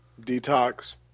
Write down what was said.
detox